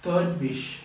third wish